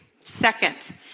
Second